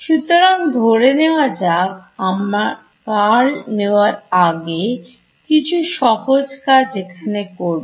সুতরাং ধরে নেওয়া যাক আমরা curl নেওয়ার আগে কিছু সহজ কাজ এখানে করব